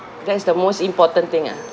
that's the most important thing ah